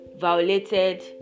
violated